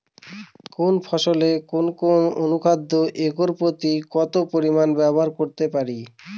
কোন ফসলে কোন কোন অনুখাদ্য একর প্রতি কত পরিমান ব্যবহার করতে পারি?